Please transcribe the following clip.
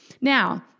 Now